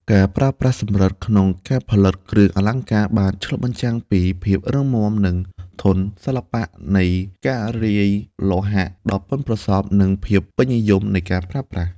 ការប្រើប្រាស់សំរឹទ្ធិក្នុងការផលិតគ្រឿងអលង្ការបានឆ្លុះបញ្ចាំងពី ភាពរឹងមាំ និងធន់ សិល្បៈនៃការលាយលោហៈដ៏ប៉ិនប្រសប់ និងភាពពេញនិយមនៃការប្រើប្រាស់។